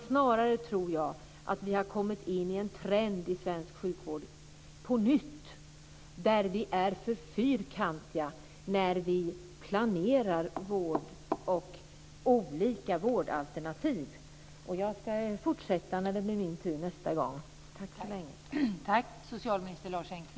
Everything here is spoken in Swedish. Snarare tror jag att vi på nytt har kommit in i en trend i svensk sjukvård där vi är för fyrkantiga när vi planerar vård och olika vårdalternativ. Jag ska fortsätta när det blir min tur nästa gång. Tack så länge.